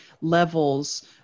levels